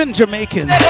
Jamaicans